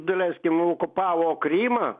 daleiskim okupavo krymą